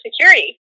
security